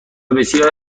بسیاری